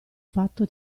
fatto